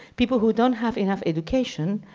people who don't have enough education,